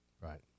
Right